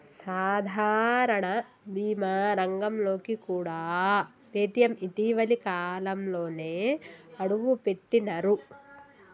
సాధారణ బీమా రంగంలోకి కూడా పేటీఎం ఇటీవలి కాలంలోనే అడుగుపెట్టినరు